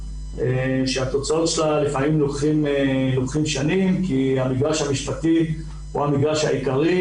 שהתוצאות שלה לפעמים לוקחות שנים כי המגרש המשפחתי הוא המגרש העיקרי,